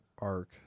arc